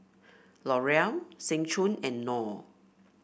L'Oreal Seng Choon and Knorr